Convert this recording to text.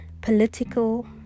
political